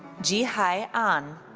ji hai an.